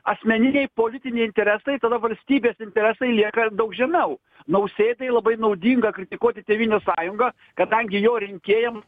asmeniniai politiniai interesai tada valstybės interesai lieka daug žemiau nausėdai labai naudinga kritikuoti tėvynės sąjungą kadangi jo rinkėjams